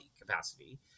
capacity